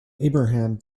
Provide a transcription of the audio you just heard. abraham